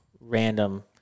random